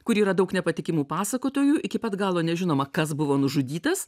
kur yra daug nepatikimų pasakotojų iki pat galo nežinoma kas buvo nužudytas